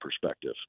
perspective